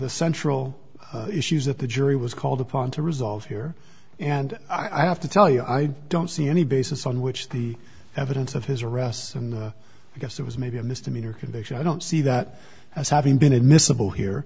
the central issues that the jury was called upon to resolve here and i have to tell you i don't see any basis on which the evidence of his arrests and i guess it was maybe a misdemeanor conviction i don't see that as having been admissible here